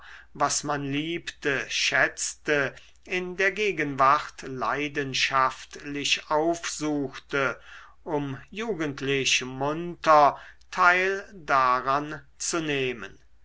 was man liebte schätzte in der gegenwart leidenschaftlich aufsuchte um jugendlich munter teil daran zu nehmen